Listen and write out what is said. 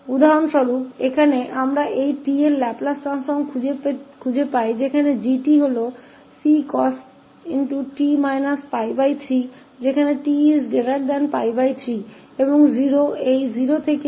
कुछ उदाहरणों पर आते हैं तो हमारे पास उदाहरण के लिए यहां हम इस 𝑔𝑡 का लाप्लास रूपांतर पाते हैं जहां 𝑔𝑡 cos𝑡 − 𝜋3 है जब 𝑡 𝜋3 और 0 इस श्रेणी में 0 से 𝜋3 तक हैं